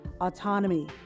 autonomy